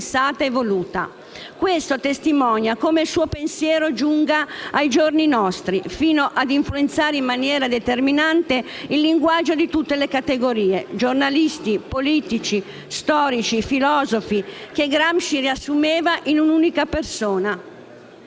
Questo testimonia come il suo pensiero giunga sino ai giorni nostri, fino ad influenzare in maniera determinante il linguaggio di tutte le categorie, giornalisti, politici, storici, filosofi, che Gramsci riassumeva in un'unica persona.